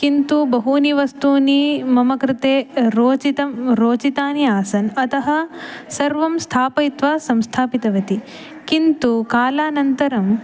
किन्तु बहूनि वस्तूनि मम कृते रोचितं रोचितानि आसन् अतः सर्वं स्थापयित्वा संस्थापितवती किन्तु कालानन्तरं